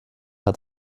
hat